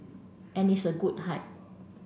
and it's a good height